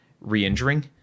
re-injuring